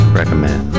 recommend